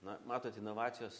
na matot inovacijos